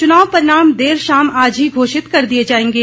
चुनाव परिणाम देर शाम आज ही घोषित कर दिए जाएंगे